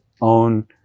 own